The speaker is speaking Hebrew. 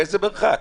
באיזה מרחק?